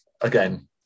Again